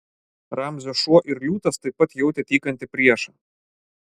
ramzio šuo ir liūtas taip pat jautė tykantį priešą